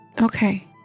Okay